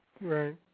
Right